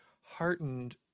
heartened